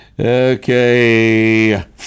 Okay